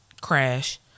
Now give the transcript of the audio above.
crash